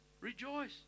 rejoice